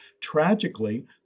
Tragically